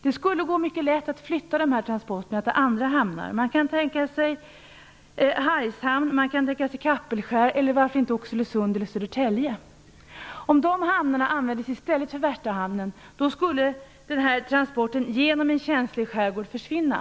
Det skulle gå mycket lätt att flytta dessa transporter till andra hamnar, t.ex. Hargshamn och Kappelskär eller varför inte Oxelösund och Södertälje. Om dessa hamnar användes i stället för Värtahamnen, skulle de här transporterna genom en känslig skärgård försvinna.